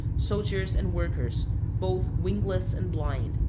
soldiers and workers, both wingless and blind.